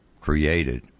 created